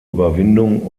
überwindung